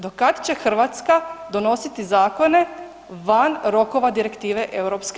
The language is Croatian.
Do kad će Hrvatska donositi zakone van rokova Direktive EU?